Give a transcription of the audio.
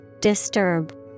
Disturb